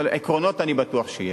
אבל עקרונות אני בטוח שיש.